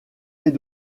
les